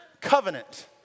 covenant